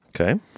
Okay